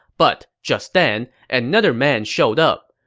but just then, another man showed up.